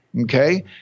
Okay